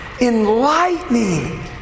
enlightening